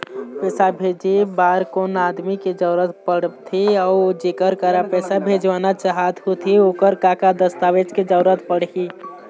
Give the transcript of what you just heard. पैसा भेजे बार कोन कोन आदमी के जरूरत पड़ते अऊ जेकर करा पैसा भेजवाना चाहत होथे ओकर का का दस्तावेज के जरूरत पड़ही?